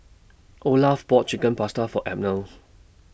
Olaf bought Chicken Pasta For Abner's